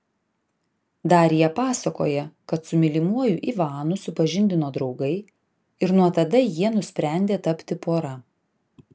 darija pasakoja kad su mylimuoju ivanu supažindino draugai ir nuo tada jie nusprendė tapti pora